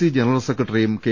C general സെക്രട്ടറിയും K